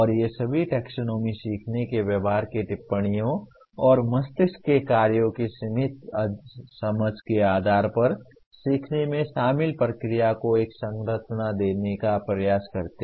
और ये सभी टैक्सोनॉमी सीखने के व्यवहार की टिप्पणियों और मस्तिष्क के कार्यों की सीमित समझ के आधार पर सीखने में शामिल प्रक्रिया को एक संरचना देने का प्रयास करते हैं